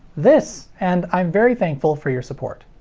this! and i'm very thankful for your support.